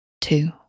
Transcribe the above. two